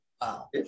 Wow